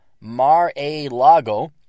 Mar-a-Lago